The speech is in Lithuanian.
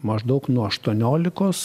maždaug nuo aštuoniolikos